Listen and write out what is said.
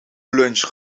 lunch